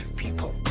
people